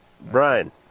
Brian